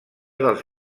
dels